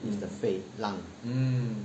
then three to five is the 肺 lungs